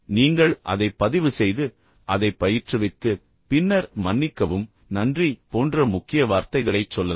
நீங்கள் அதைப் பதிவுசெய்து அதைப் பயிற்றுவித்து பின்னர் மன்னிக்கவும் நன்றி போன்ற முக்கிய வார்த்தைகளைச் சொல்லலாம்